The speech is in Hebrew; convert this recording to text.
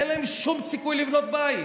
ואין להם שום סיכוי לבנות בית.